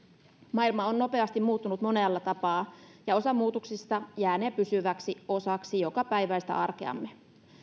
maailma on nopeasti muuttunut monella tapaa ja osa muutoksista jäänee pysyväksi osaksi jokapäiväistä arkeamme